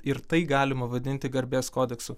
ir tai galima vadinti garbės kodeksu